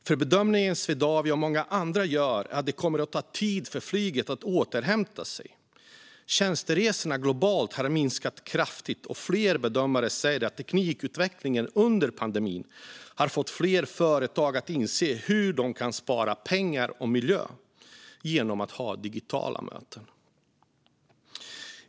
Den bedömning som Swedavia och många andra gör är att det kommer att ta tid för flyget att återhämta sig. Tjänsteresorna globalt har minskat kraftigt, och flera bedömare säger att teknikutvecklingen under pandemin har fått fler företag att inse hur de kan spara pengar och miljö genom att ha digitala möten.